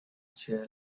chair